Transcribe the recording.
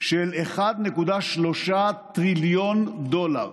של 1.3 טריליון דולר,